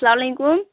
اسلامُ علیکم